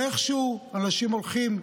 ואיכשהו אנשים הולכים,